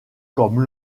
comme